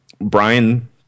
Brian